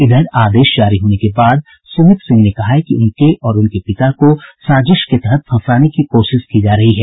इधर आदेश जारी होने के बाद सुमित सिंह ने कहा है कि उनको और उनके पिता को साजिश के तहत फंसाने की कोशिश की जा रही है